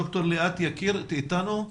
ד"ר ליאת יקיר איתנו?